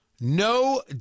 No